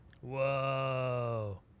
Whoa